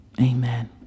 Amen